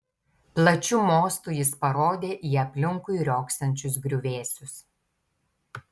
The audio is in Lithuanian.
plačiu mostu jis parodė į aplinkui riogsančius griuvėsius